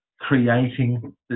creating